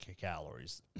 calories